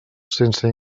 sense